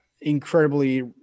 incredibly